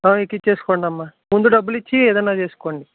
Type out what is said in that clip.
ఎక్కించేసుకోండి అమ్మ ముందు డబ్బులు ఇచ్చి ఏదన్నా చేసుకోండి